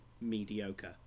mediocre